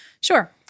Sure